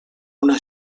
una